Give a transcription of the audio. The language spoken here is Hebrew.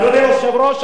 אדוני היושב-ראש,